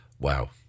wow